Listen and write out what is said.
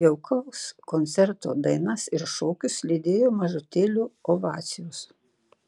jaukaus koncerto dainas ir šokius lydėjo mažutėlių ovacijos